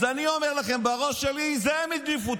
אז אני אומר לכם: בראש שלי זה הם הדליפו,